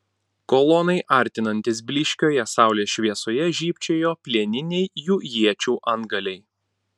kolonai artinantis blyškioje saulės šviesoje žybčiojo plieniniai jų iečių antgaliai